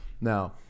now